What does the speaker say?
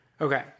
Okay